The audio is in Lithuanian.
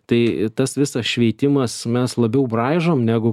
tai tas visas šveitimas mes labiau braižom negu